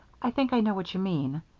i think i know what you mean.